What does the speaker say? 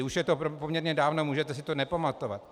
Už je to poměrně dávno, můžete si to nepamatovat.